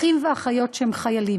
אחים ואחיות שהם חיילים,